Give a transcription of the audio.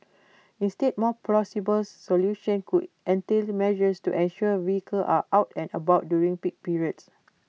instead more plausible solutions could entail measures to ensure vehicles are out and about during peak periods